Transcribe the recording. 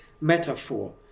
metaphor